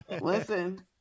Listen